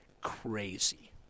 crazy